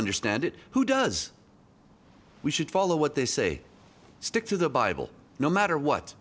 understand it who does we should follow what they say stick to the bible no matter what